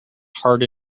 hard